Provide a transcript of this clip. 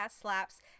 slaps